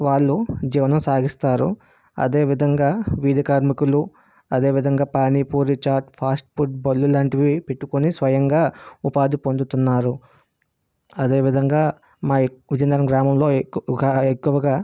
వాళ్ళు జీవనం సాగిస్తారు అదేవిధంగా వీధి కార్మికులు అదేవిధంగా పానీ పూరి చాట్ ఫాస్ట్ ఫుడ్ బండ్లు లాంటివి పెట్టుకొని స్వయంగా ఉపాధి పొందుతున్నారు అదేవిధంగా మా విజనగరం గ్రామంలో ఎక్కువకాఎక్కువగా